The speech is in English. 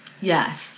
Yes